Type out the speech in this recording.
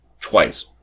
twice